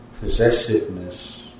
possessiveness